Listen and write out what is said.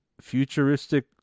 futuristic